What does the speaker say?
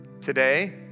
Today